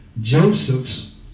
Joseph's